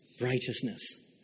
Righteousness